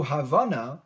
Havana